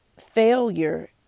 failure